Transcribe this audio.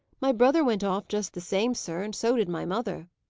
my brother went off just the same, sir, and so did my mother.